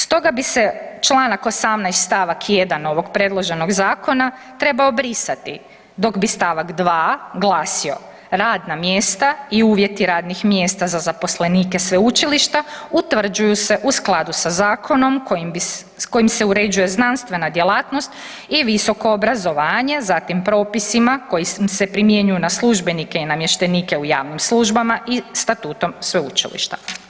Stoga bi se čl. 18. st. 1. ovog predloženog zakona trebao brisati dok bi st. 2. glasio, radna mjesta i uvjeti radnih mjesta za zaposlenike sveučilišta utvrđuju se u skladu sa zakonom kojim se uređuje znanstvena djelatnost i visoko obrazovanje zatim propisima koji se primjenjuju na službenike i namještenike u javnim službama i statutom sveučilišta.